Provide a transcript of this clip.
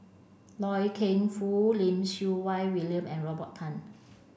Loy Keng Foo Lim Siew Wai William and Robert Tan